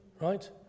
right